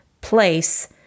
place